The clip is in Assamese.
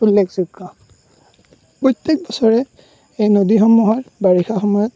উল্লেখযোগ্য প্ৰত্যেক বছৰে এই নদীসমূহত বাৰিষা সময়ত